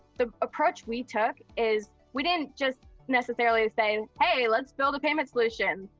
the approach we took, is we didn't just necessarily say, hey, let's build a payment solution.